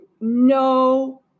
no